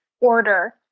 order